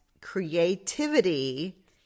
creativity